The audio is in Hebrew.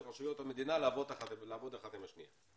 רשויות המדינה לעבוד אחת עם השנייה.